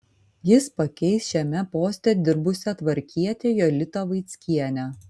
jis pakeis šiame poste dirbusią tvarkietę jolitą vaickienę